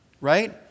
Right